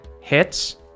Hits